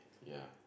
ya